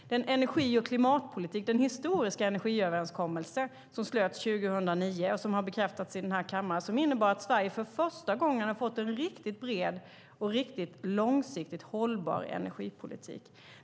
Den historiska energiöverenskommelse som slöts 2009 och som har bekräftats i denna kammare innebar att Sverige för första gången har fått en riktigt bred och riktigt långsiktigt hållbar energipolitik.